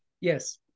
Yes